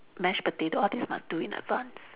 mashed potato all this must do in advance